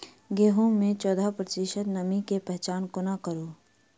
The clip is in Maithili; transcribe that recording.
गेंहूँ मे चौदह प्रतिशत नमी केँ पहचान कोना करू?